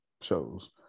shows